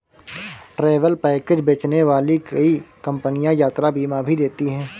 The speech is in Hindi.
ट्रैवल पैकेज बेचने वाली कई कंपनियां यात्रा बीमा भी देती हैं